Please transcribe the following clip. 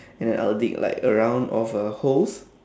and then I will dig like a round of a holes